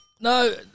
No